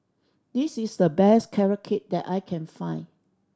this is the best Carrot Cake that I can find